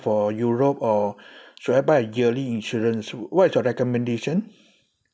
for europe or should I buy a yearly insurance what is your recommendation